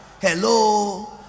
Hello